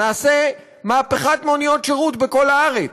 נעשה מהפכת מוניות שירות בכל הארץ,